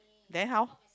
then how